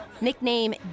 Nickname